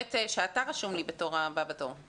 האמת שאתה רשום לי הבא בתור,